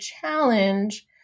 challenge